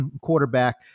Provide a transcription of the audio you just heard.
quarterback